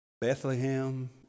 Bethlehem